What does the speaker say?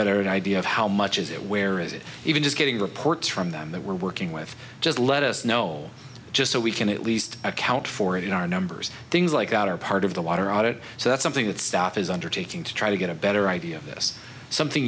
better an idea of how much is it where is it even just getting reports from them that we're working with just let us know just so we can at least account for it in our numbers things like that are part of the water audit so that's something that staff is undertaking to try to get a better idea of this something